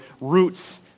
roots